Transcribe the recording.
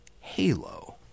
Halo